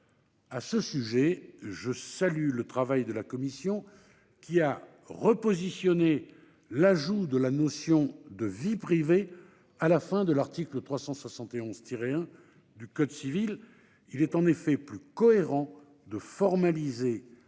À ce sujet, je salue le travail de la commission qui a repositionné l'ajout de la notion de « vie privée » à la fin de l'article 371-1 du code civil : il est plus cohérent de formaliser